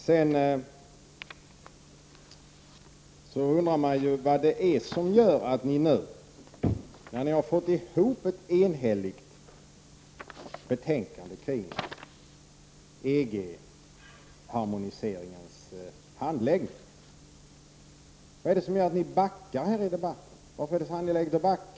Man undrar vad det är som gör att utskottsmajoriteten, när den har fått ihop ett enhälligt betänkande kring EG-harmoniseringens handläggning, nu backar i debatten. Varför är det så angeläget att backa?